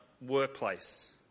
workplace